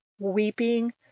weeping